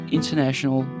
International